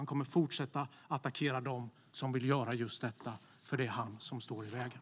Han kommer fortsätta att attackera dem som vill göra just detta, för det är han som står i vägen.